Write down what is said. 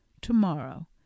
tomorrow